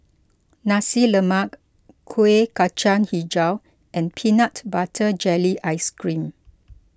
Nasi Lemak Kueh Kacang HiJau and Peanut Butter Jelly Ice Cream